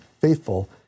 faithful